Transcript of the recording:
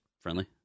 friendly